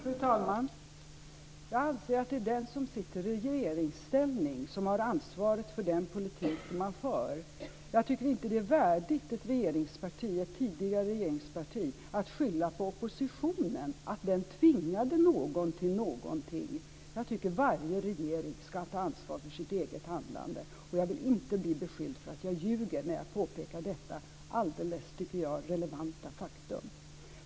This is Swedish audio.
Fru talman! Jag anser att det är den som sitter i regeringsställning som har ansvaret för den politik som man för. Jag tycker inte att det är värdigt ett tidigare regeringsparti att skylla på oppositionen och säga att den tvingade någon till någonting. Jag tycker att varje regering ska ta ansvar för sitt eget handlande, och jag vill inte bli beskylld för att jag ljuger när jag påpekar detta alldeles, tycker jag, relevanta faktum.